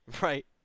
right